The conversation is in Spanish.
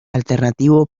alternativo